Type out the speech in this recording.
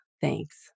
thanks